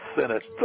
Senate